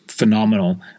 phenomenal